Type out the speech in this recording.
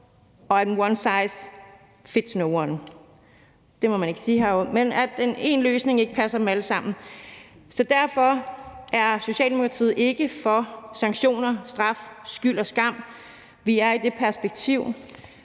og at one size fits no one – det må man ikke sige her – altså at én løsning ikke passer dem alle sammen. Så derfor er Socialdemokratiet ikke for sanktioner, straf, skyld og skam. Vi har det perspektiv,